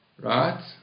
Right